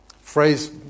Phrase